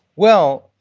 well,